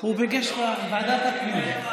הוא ביקש ועדת הפנים.